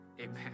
Amen